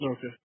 Okay